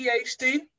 PhD